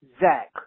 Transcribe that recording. Zach